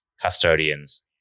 custodians